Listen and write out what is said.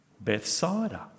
Bethsaida